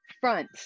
front